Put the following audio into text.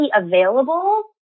available